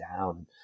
down